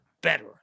better